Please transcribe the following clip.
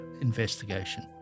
investigation